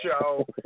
show